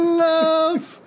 love